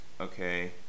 okay